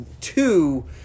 Two